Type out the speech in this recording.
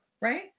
Right